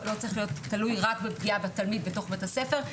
לא צריך להיות תלוי רק בפגיעה בתלמיד בתוך בית הספר,